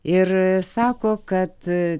ir sako kad